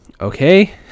okay